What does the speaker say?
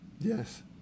Yes